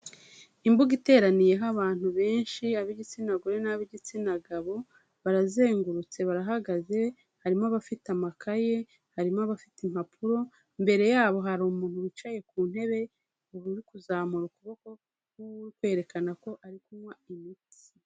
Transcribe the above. Imbuga iteraniyeho abantu benshi ab'igitsina gore n'ab'igitsina gabo, barazengurutse barahagaze, harimo abafite amakaye, harimo abafite impapuro, imbere yabo hari umuntu wicaye ku ntebe, ubu uri kuzamura ukuboko nk'uri kwerekana ko ari kunywa imiti.